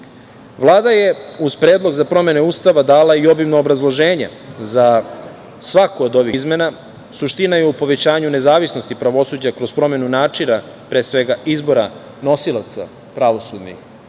Vlada je uz Predlog za promenu Ustava dala i obimno obrazloženje za svaku od ovih izmena. Suština je u povećanju nezavisnosti pravosuđa kroz promenu načina, pre svega, izbora nosilaca pravosudnih